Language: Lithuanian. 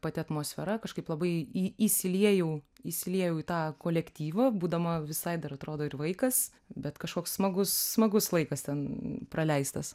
pati atmosfera kažkaip labai į įsiliejau įsiliejau į tą kolektyvą būdama visai dar atrodo ir vaikas bet kažkoks smagus smagus laikas ten praleistas